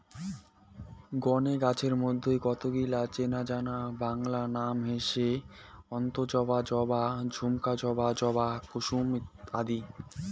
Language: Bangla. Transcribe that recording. গণে গছের মইধ্যে কতগিলা চেনাজানা বাংলা নাম হসে অক্তজবা, জবা, ঝুমকা জবা, জবা কুসুম আদি